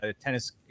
tennis